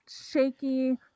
shaky